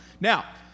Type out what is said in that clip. Now